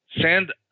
send